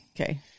Okay